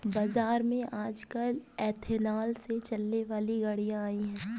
बाज़ार में आजकल एथेनॉल से चलने वाली गाड़ियां आई है